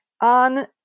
on